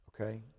Okay